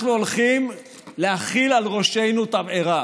אנחנו הולכים להפיל על ראשנו תבערה.